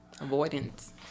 Avoidance